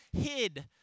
hid